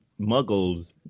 muggles